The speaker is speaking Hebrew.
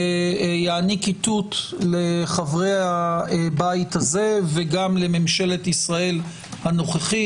ויעניק איתות לחברי הבית הזה וגם לממשלת ישראל הנוכחית